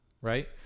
Right